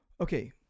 okay